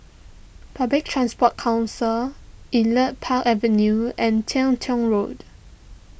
Public Transport Council Elite Park Avenue and Teng Tong Road